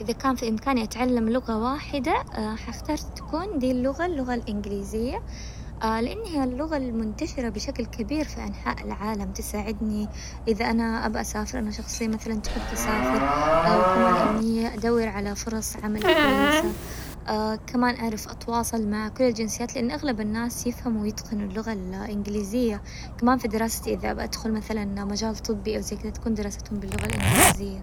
اذا كان في امكاني اتعلم لغة واحدة حختار تكون دي اللغة، اللغة الانجليزية. لأن هي اللغة المنتشرة بشكل كبير في أنحاء العالم، تساعدني إذا أنا أبغى أسافر، أنا شخصية مثلا تحب تسافر، وكمان إني أدور على فرص عمل كويس كمان أعرف أتواصل مع كل الجنسيات لأن أغلب الناس يفهموا ويتقنوا اللغة الانجليزية، كمان في دراستي إذا أبا أدخل مثلا مجال طبي أو زي كذا تكون دراستهم باللغة الانجليزية.